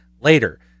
later